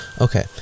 Okay